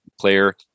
player